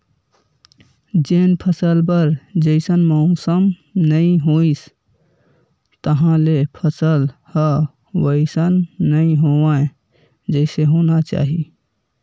जेन फसल बर जइसन मउसम नइ होइस तहाँले फसल ह वइसन नइ होवय जइसे होना चाही